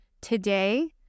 today